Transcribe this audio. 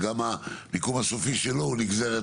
גם המיקום הסופי שלו היא נגזרת,